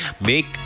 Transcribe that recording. Make